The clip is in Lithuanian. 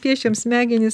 piešėm smegenis